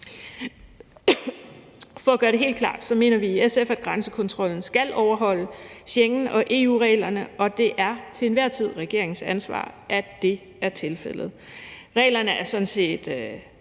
For at gøre det helt klart mener vi i SF, at grænsekontrollen skal overholde Schengen- og EU-reglerne, og at det til enhver tid er regeringens ansvar, at det er tilfældet. Reglerne er sådan set